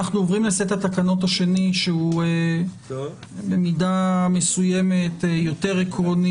אנחנו עוברים לסט התקנות השני שהוא במידה מסוימת יותר עקרוני,